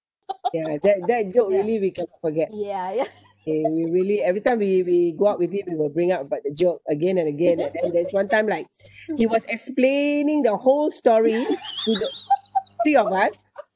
ya that that joke really we cannot forget okay we really every time we we go out with him we will bring up about the joke again and again and and there's one time like he was explaining the whole story to the three of us